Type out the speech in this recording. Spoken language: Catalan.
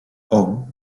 hom